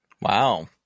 Wow